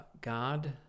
God